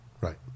right